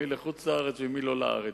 מי לחוץ-לארץ ומי לא לארץ,